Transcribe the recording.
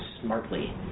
smartly